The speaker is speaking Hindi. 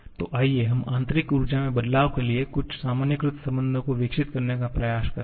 तो आइए हम आंतरिक ऊर्जा में बदलाव के लिए कुछ सामान्यीकृत संबंधों को विकसित करने का प्रयास करें